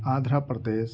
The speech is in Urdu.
آندھرا پردیس